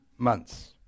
months